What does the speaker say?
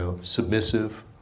submissive